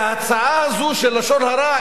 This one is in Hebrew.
וההצעה הזאת של לשון הרע,